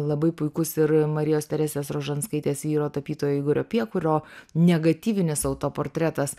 labai puikus ir marijos teresės rožanskaitės vyro tapytojo igorio piekurio negatyvinis autoportretas